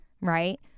Right